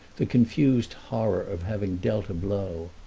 the confused horror of having dealt a blow.